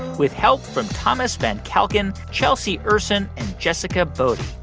with help from thomas van kalken, chelsea ursin and jessica boddy.